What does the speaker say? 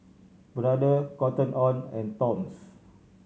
Brother Cotton On and Toms